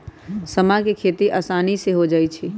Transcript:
समा के खेती असानी से हो जाइ छइ